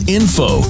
info